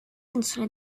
inside